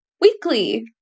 weekly